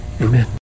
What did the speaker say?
Amen